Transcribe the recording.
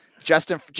Justin